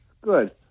Good